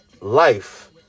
life